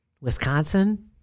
Wisconsin